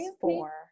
four